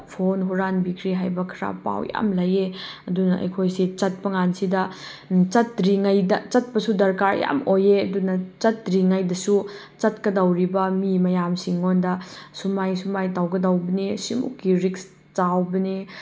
phone ꯍꯨꯔꯥꯟꯕꯤꯈ꯭ꯔꯦ ꯍꯥꯏꯕ ꯈꯔ ꯄꯥꯎ ꯌꯥꯝ ꯂꯩꯌꯦ ꯑꯗꯨꯅ ꯑꯩꯈꯣꯏꯁꯦ ꯆꯠꯄ ꯀꯥꯟꯁꯤꯗ ꯆꯠꯇ꯭ꯔꯤꯉꯩꯗ ꯆꯠꯄꯁꯨ ꯗꯔꯀꯥꯔ ꯌꯥꯝ ꯑꯣꯏꯌꯦ ꯑꯗꯨꯅ ꯆꯠꯇ꯭ꯔꯤꯉꯩꯗꯁꯨ ꯆꯠꯀꯗꯧꯔꯤꯕ ꯃꯤ ꯃꯌꯥꯝꯁꯤꯉꯣꯟꯗ ꯁꯨꯃꯥꯏ ꯁꯨꯃꯥꯏ ꯇꯧꯒꯗꯧꯕꯅꯤ ꯁꯤꯃꯨꯛꯀꯤ ꯔꯤꯛꯁ ꯆꯥꯎꯕꯅꯦ